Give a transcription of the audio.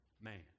man